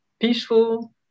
peaceful